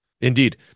indeed